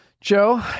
Joe